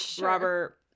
Robert